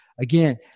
Again